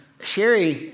Sherry